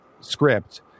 script